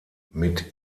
mit